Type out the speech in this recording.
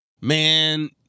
Man